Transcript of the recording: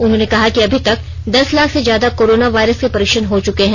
उन्होंने कहा कि अभी तक दस लाख से ज्यादा कोरोना वायरस के परीक्षण हो चूके हैं